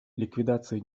ликвидация